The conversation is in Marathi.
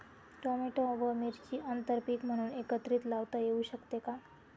टोमॅटो व मिरची आंतरपीक म्हणून एकत्रित लावता येऊ शकते का?